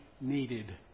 needed